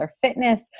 fitness